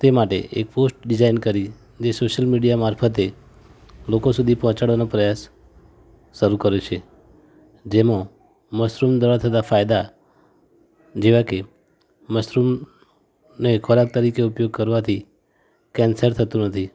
તે માટે એક પોસ્ટ ડીઝાઇન કરી જે સોશિયલ મીડિયા મારફતે લોકો સુધી પહોંચાડવાનો પ્રયાસ શરૂ કર્યો છે જેમાં મશરૂમ દ્વારા થતાં ફાયદા જેવા કે મશરૂમને ખોરાક તરીકે ઉપયોગ કરવાથી કેન્સર થતું નથી